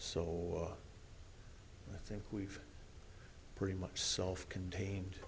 so i think we've pretty much self contained